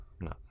No